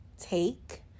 take